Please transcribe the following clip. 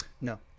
No